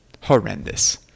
horrendous